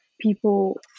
people